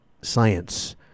science